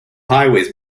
highways